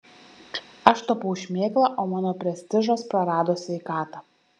aš tapau šmėkla o mano prestižas prarado sveikatą